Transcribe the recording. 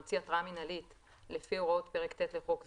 להמציא התראה מינהלית לפי הוראות פרק ט' לחוק זה,